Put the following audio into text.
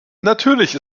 natürlich